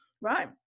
Right